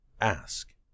Ask